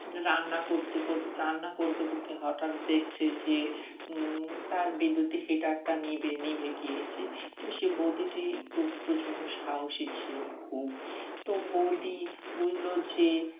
রান্না করতে কর রান্না করতে করতে হঠাৎ দেখছে যে তার বিদ্যুতে হিটারটা নিভে নিভে গিয়েছে তো সে বৌদিটি একটু প্রচণ্ড সাহসী ছিল খুব তো বৌদি বুঝলো যে